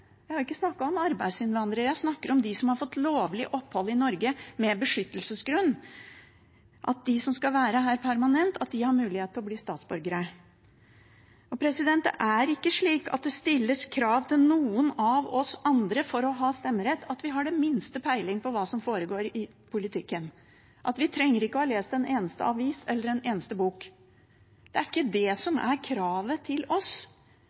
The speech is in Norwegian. har mulighet til å bli statsborgere. Jeg har ikke snakket om arbeidsinnvandrere, jeg snakker om dem som har fått lovlig opphold i Norge med beskyttelsesgrunn. Det stilles ikke krav til noen av oss andre om å ha den minste peiling på hva som foregår i politikken, for å ha stemmerett. Vi trenger ikke å ha lest en eneste avis eller en eneste bok. Det er ikke det som er kravet til oss.